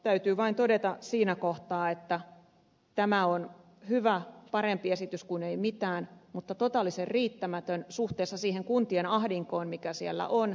täytyy vain todeta siinä kohtaa että tämä on hyvä esitys parempi kuin ei mitään mutta totaalisen riittämätön suhteessa siihen kuntien ahdinkoon mikä siellä on